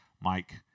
Mike